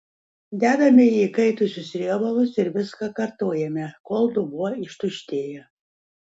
dedame į įkaitusius riebalus ir viską kartojame kol dubuo ištuštėja